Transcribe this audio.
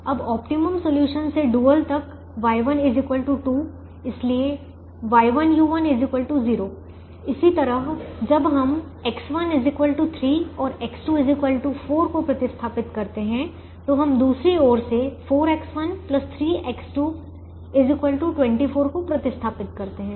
अब optimum solution से dual तक Y1 2 इसलिए Y1 u1 0 इसी तरह जब हम X1 3 और X2 4 को प्रतिस्थापित करते हैं तो हम दूसरी ओर से 4X1 3x2 24 को प्रतिस्थापित करते हैं